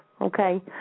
okay